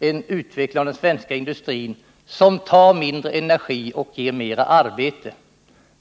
en utveckling av den svenska industrin som tar mindre energi och ger mer arbete.